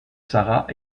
sarah